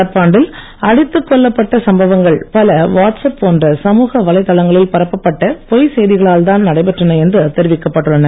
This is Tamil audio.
நடப்பாண்டில் அடித்துக் கொல்லப்பட்ட சம்பவங்கள் பல வாட்ஸ்ஆப் போன்ற சமூக வலைத்தளங்களில் பரப்பப்பட்ட பொய் செய்திகளால் தான் நடைபெற்றன என்று தெரிவிக்கப்பட்டுள்ளது